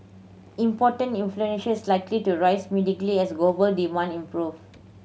imported inflation is likely to rise mildly as global demand improve